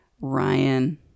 Ryan